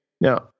Now